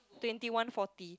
twenty one forty